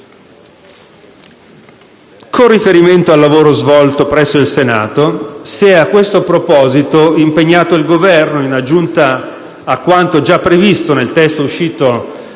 Con riferimento al lavoro svolto presso il Senato, il Governo si è a questo proposito impegnato, in aggiunta a quanto già previsto nel testo uscito